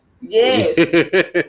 Yes